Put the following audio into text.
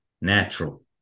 natural